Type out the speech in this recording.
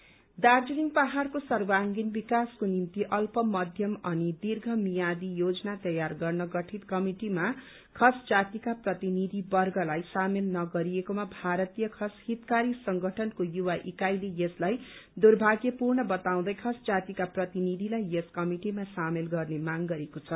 हितकारी दार्जीलिङ पहाड़को सर्वागिण विकासको निम्ति अल्प मध्यम दीर्घ मियादी योजना तयार गर्न गठित कमिटिमा खस जातिका प्रतिनिधिवर्गलाई सामेल नगरिएकोमा भारतीय खस हितकारी संगठनको युवा इकाईले यसलाई दुर्भाग्यपूर्ण बताउँदै खस जातिका प्रतिनिधिलाई यस कमिटिमा सामेल गर्ने माग गरेको छ